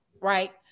right